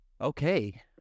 Okay